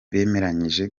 bemeranyije